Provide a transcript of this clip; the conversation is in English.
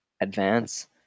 advance